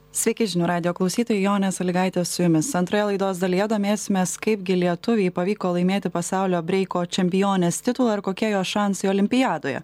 sveiki žinių radijo klausytojai jonė sąlygaitė su jumis antroje laidos dalyje domėsimės kaip gi lietuvei pavyko laimėti pasaulio breiko čempionės titulą ir kokie jos šansai olimpiadoje